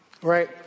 Right